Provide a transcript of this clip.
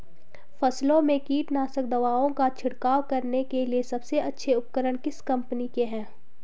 फसलों में कीटनाशक दवाओं का छिड़काव करने के लिए सबसे अच्छे उपकरण किस कंपनी के हैं?